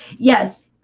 yes,